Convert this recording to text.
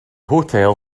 hotel